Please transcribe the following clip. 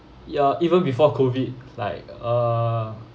ya even before COVID like err